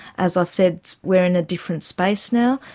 as i've said, we're in a different space now,